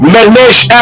Menesh